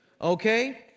Okay